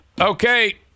Okay